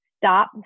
stop